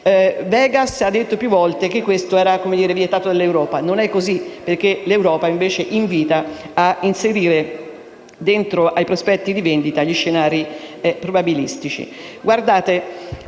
Vegas ha detto più volte che questo era vietato dall'Europa, ma non è così: l'Europa invita invece ad inserire nei prospetti di vendita gli scenari probabilistici.